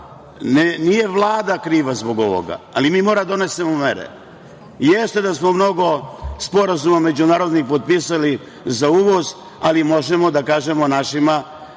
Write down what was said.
Nije Vlada kriva zbog ovoga, ali mi moramo da donesemo mere. Jeste da smo mnogo sporazuma međunarodnih potpisali za uvoz, ali možemo da kažemo našima